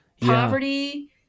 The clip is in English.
poverty